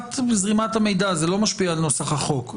ברמת זרימת המידע, זה לא משפיע על נוסח החוק.